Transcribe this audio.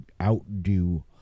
outdo